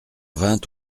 vint